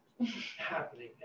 Happening